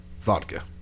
vodka